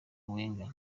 wenger